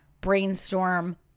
brainstorm